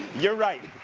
you're right.